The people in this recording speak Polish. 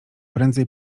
prędzej